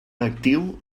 lectiu